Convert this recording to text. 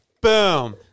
Boom